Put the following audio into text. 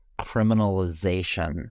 criminalization